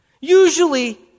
Usually